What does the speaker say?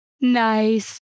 Nice